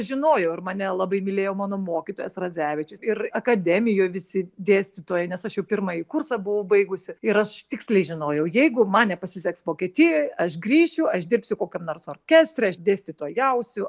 žinojo ir mane labai mylėjo mano mokytojas radzevičius ir akademijoj visi dėstytojai nes aš jau pirmąjį kursą buvau baigusi ir aš tiksliai žinojau jeigu man nepasiseks vokietijoj aš grįšiu aš dirbsiu kokiam nors orkestre aš dėstytojausiu